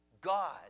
God